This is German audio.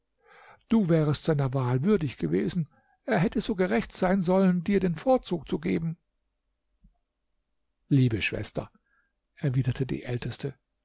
du wärest seiner wahl würdig gewesen er hätte so gerecht sein sollen dir den vorzug zu geben liebe schwester erwiderte die älteste